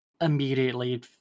immediately